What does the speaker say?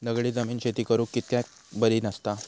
दगडी जमीन शेती करुक कित्याक बरी नसता?